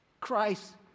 Christ